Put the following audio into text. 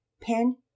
Pen